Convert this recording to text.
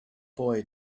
boy